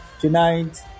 tonight